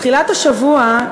בתחילת השבוע,